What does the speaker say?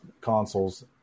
consoles